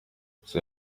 gusa